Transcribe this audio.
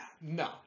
No